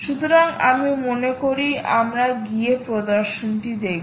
সুতরাং আমি মনে করি আমরা গিয়ে প্রদর্শন টি দেখব